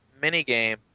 minigame